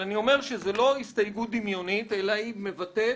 אבל אני אומר שזו לא הסתייגות דמיונית אלא היא מבטאת